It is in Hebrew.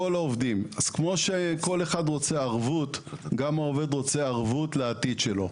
כמו שכל אחד רוצה ערבות גם העובד רוצים ערבות לעתיד שלהם.